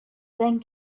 then